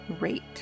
rate